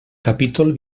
capítol